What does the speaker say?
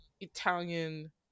Italian